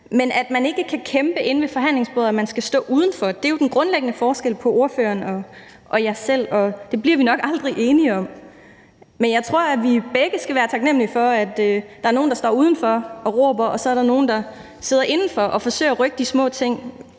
men at man ikke kan kæmpe inde ved forhandlingsbordet, men skal stå udenfor, er jo den grundlæggende forskel på ordføreren og mig. Og det bliver vi nok aldrig enige om. Men jeg tror, at vi begge skal være taknemlige for, at der er nogle, der står udenfor og råber, mens der er nogle, der sidder indenfor og forsøger at rykke de små ting.